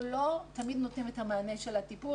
לא תמיד אנחנו נותנים את המענה של הטיפול